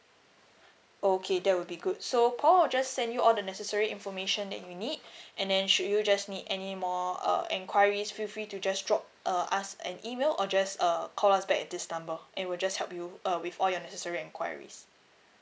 okay that would be good so paul I'll just send you all the necessary information that you need and then should you just need any more uh enquiries feel free to just drop uh us an email or just uh call us back at this number and we'll just help you uh with all your necessary enquiries